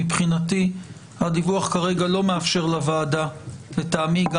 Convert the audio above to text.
מבחינתי הדיווח כרגע לא מאפשר לוועדה - לטעמי גם